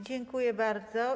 Dziękuję bardzo.